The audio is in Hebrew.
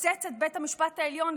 מפוצץ את בית המשפט העליון,